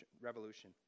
Revolution